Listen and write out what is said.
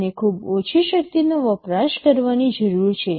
તેમને ખૂબ ઓછી શક્તિનો વપરાશ કરવાની જરૂર છે